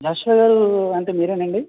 అశ్వధర్ అంటే మీరేనా అండి